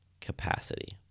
capacity